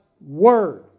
Word